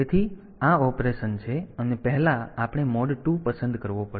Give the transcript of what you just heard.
તેથી આ ઓપરેશન છે અને પહેલા આપણે મોડ 2 પસંદ કરવો પડશે